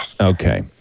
Okay